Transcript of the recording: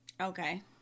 okay